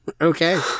Okay